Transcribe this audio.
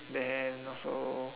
then also